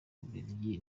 bubiligi